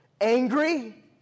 angry